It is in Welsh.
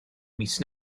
mis